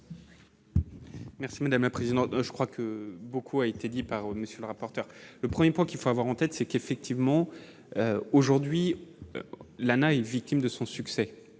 Merci madame la présidente, je crois que beaucoup a été dit par monsieur le rapporteur, le 1er point qu'il faut avoir en tête, c'est qu'effectivement aujourd'hui l'est victime de son succès